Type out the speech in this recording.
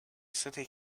city